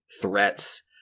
threats